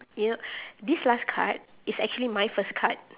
this last card is actually my first card